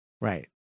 right